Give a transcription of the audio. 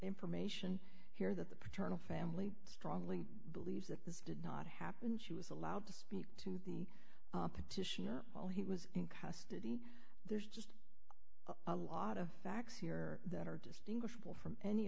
information here that the paternal family strongly believes that this did not happen she was allowed to speak to the petitioner while he was in custody there's just a lot of facts here that are distinguishable from any